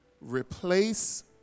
replace